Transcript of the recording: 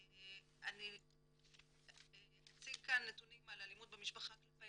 אני אציג כאן נתונים על אלימות במשפחה כלפי